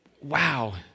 Wow